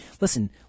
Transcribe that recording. listen